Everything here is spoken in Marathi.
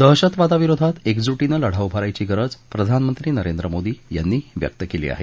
दहशतवादाविरोधात एकजुटीनं लढा उभारायची गरज प्रधानमंत्री नरेंद्र मोदी यांनी व्यक्त केली आहे